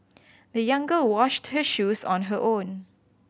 the young girl washed her shoes on her own